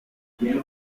fue